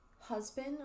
husband